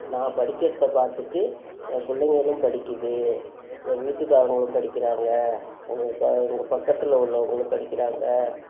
நான் படிக்கிறதை பார்த்துட்டு என் பிள்ளைங்களும் படிக்குது என் வீட்டுக்காரர்களும் படிக்கிறாங்க எங்கள் எங்கள் பக்கத்தில் உள்ளவர்களும் படிக்கிறாங்க